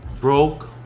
broke